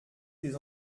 des